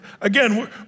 Again